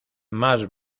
más